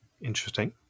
Interesting